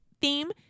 theme